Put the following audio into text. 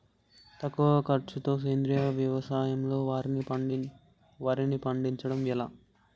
తక్కువ ఖర్చుతో సేంద్రీయ వ్యవసాయంలో వారిని పండించడం ఎలా?